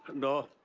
no.